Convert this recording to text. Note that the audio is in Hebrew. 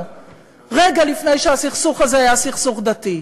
רגע לפני שהסכסוך הזה היה סכסוך דתי?